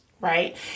right